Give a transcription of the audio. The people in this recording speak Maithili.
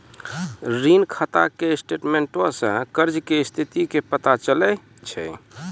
ऋण खाता के स्टेटमेंटो से कर्जा के स्थिति के पता चलै छै